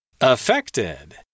Affected